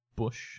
bush